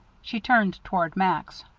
she turned toward max,